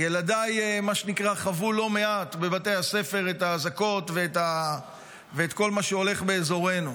ילדיי חוו לא מעט בבתי הספר את האזעקות ואת כל מה שהולך באזורנו,